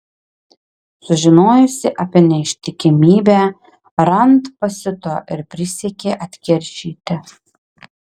sužinojusi apie neištikimybę rand pasiuto ir prisiekė atkeršyti